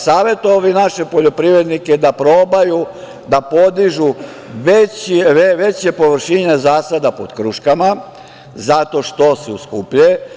Savetovao bih naše poljoprivrednike da probaju da podižu veće površine zasada pod kruškama, zato što su skuplje.